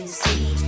see